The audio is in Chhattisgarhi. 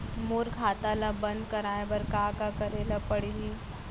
मोर खाता ल बन्द कराये बर का का करे ल पड़ही?